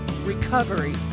recovery